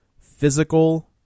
physical